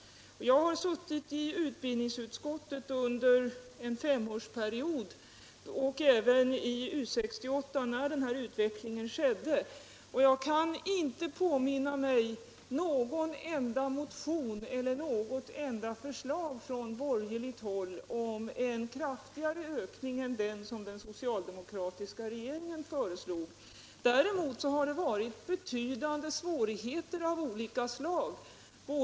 Jag har suttit i utbildningsutskottet under en femårsperiod och även i U 68 när denna utveckling skedde, och jag kan inte påminna mig någon enda motion eller något enda förslag från borgerligt håll om en kraftigare ökning än den som den socialdemokratiska regeringen föreslog. Däremot har det varit betydande svårigheter av olika slag.